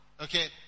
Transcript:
Okay